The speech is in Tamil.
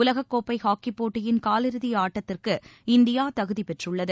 உலகக்கோப்பைஹாக்கிப்போட்டியின் காலிறுதிஆட்டத்திற்கு இந்தியாதகுதிபெற்றுள்ளது